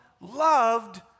loved